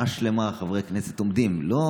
חברי כנסת עמדו שעה שלמה,